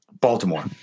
Baltimore